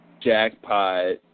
jackpot